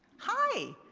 hi,